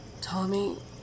Tommy